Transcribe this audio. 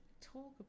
talk